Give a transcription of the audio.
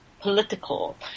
political